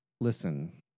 listen